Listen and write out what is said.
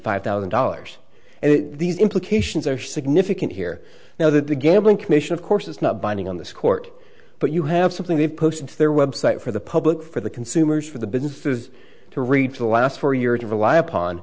five thousand dollars and these implications are significant here now that the gambling commission of course is not binding on this court but you have something they've put into their website for the public for the consumers for the bin food to read for the last four years to rely upon